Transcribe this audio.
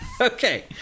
Okay